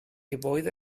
gebäude